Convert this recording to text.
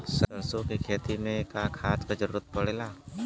सरसो के खेती में का खाद क जरूरत पड़ेला?